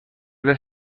les